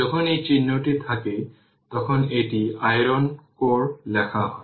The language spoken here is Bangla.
যখন এই চিহ্নটি থাকে তখন এটি আয়রন কোর লেখা হয়